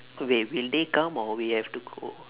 okay will they come or we have to go